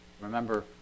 Remember